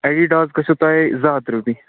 Adidas گٔژھٮ۪و تۄہہِ زٕ ہَتھ رۄپیہِ